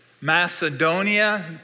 Macedonia